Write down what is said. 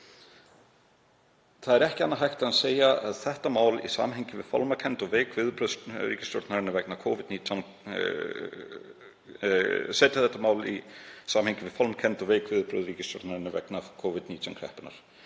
Það er ekki annað hægt en að setja þetta mál í samhengi við fálmkennd og veik viðbrögð ríkisstjórnarinnar vegna Covid-19 kreppunnar.